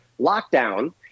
lockdown